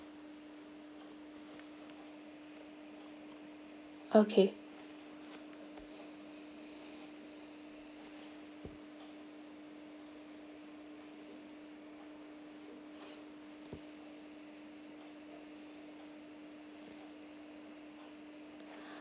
okay